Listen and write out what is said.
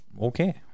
Okay